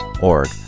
Org